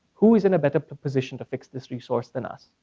who is in a better position to fix this resource then us?